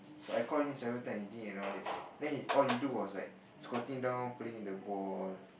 so I call him several time he didn't acknowledge then he all he do was like squatting down playing the ball